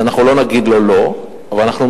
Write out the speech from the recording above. אז אנחנו לא נגיד לו לא, אבל אנחנו